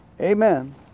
Amen